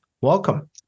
Welcome